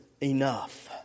enough